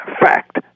fact